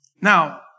Now